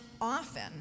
often